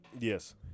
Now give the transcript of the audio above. Yes